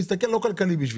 קווים זה לא כלכלי בשבילי".